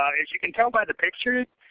ah as you can tell by the pictures,